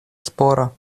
спора